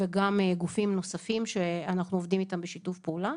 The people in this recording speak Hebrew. וגם גופים נוספים שאנחנו עובדים איתם בשיתוף פעולה,